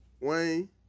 Wayne